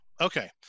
Okay